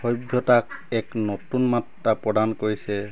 সভ্যতাক এক নতুন মাত্ৰা প্ৰদান কৰিছে